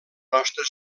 nostra